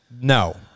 No